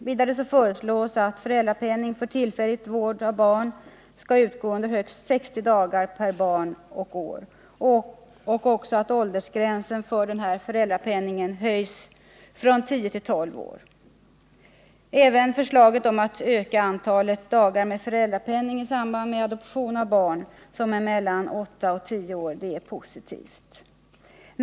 Vidare föreslås att föräldrapenningen för tillfällig vård av barn skall utgå under högst 60 dagar per barn och år och att åldersgränsen för föräldrapenning höjs från 10 till 12 år. Även förslaget om att öka antalet dagar med föräldrapenning i samband med adoption av barn som är mellan 8 och 10 år är positivt.